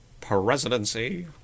Presidency